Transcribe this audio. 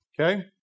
okay